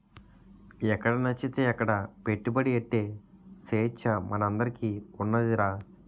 ఎక్కడనచ్చితే అక్కడ పెట్టుబడి ఎట్టే సేచ్చ మనందరికీ ఉన్నాదిరా